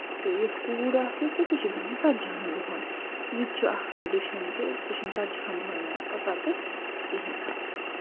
تہٕ یۄس کوٗر آسٮ۪کھ سۄ چھےٚ بیٚہوان ژتجہن دۄہَن یہِ تہِ چھُ اکھ ٹرٮ۪ڈِشَن کہِ سُہ چھُنہٕ ژَتجہَن دۄہَن نیران پَتہٕ تَتہِ کِہیٖنۍ تہِ